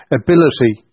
ability